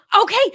Okay